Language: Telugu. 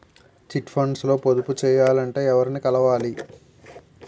చిట్ ఫండ్స్ లో పొదుపు చేయాలంటే ఎవరిని కలవాలి?